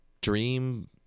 dream